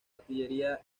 artillería